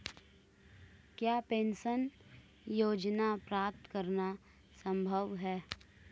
क्या पेंशन योजना प्राप्त करना संभव है?